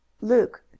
Luke